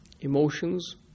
emotions